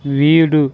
வீடு